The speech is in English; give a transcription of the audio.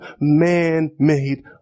man-made